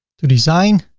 to design.